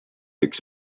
üks